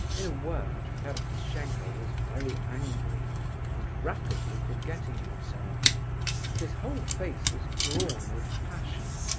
in a word, ferdishenko was very angry and rapidly forgetting himself his whole face was drawn with passion.